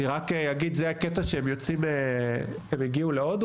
כשהתחלתי לעשות מהומות ציבוריות,